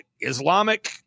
Islamic